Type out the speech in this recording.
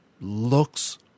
looks